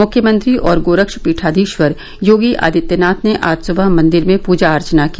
मुख्यमंत्री और गोरक्षपीठाधीश्वर योगी आदित्यनाथ ने आज सुबह मंदिर में पूजा अर्वना की